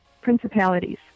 principalities